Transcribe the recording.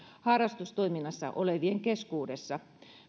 harrastustoiminnassa olevien keskuudessa